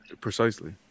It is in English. Precisely